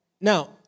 Now